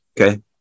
okay